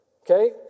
okay